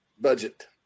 budget